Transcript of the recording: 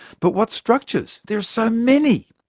but what structures? there are so many.